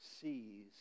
sees